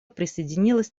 присоединилась